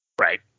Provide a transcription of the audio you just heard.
right